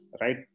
right